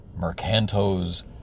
Mercanto's